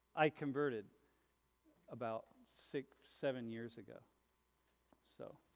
i converted about six, seven years ago so